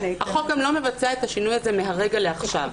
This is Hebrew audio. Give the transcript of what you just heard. החלוק גם לא מבצע את השינוי הזה מהרגע לעכשיו,